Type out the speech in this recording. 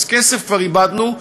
אז כסף כבר איבדנו,